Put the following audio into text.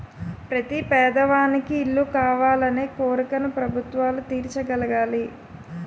ప్రతి పేదవానికి ఇల్లు కావాలనే కోరికను ప్రభుత్వాలు తీర్చగలగాలి